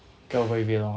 get over with it lor